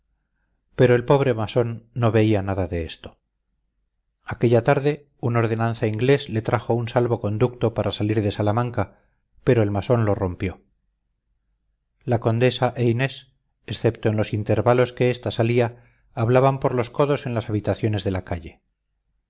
pero el pobre masón no veía nada de esto aquella tarde un ordenanza inglés le trajo un salvo-conducto para salir de salamanca pero el masón lo rompió la condesa e inés excepto en los intervalos que esta salía hablaban por los codos en las habitaciones de la calle